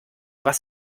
was